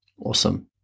Awesome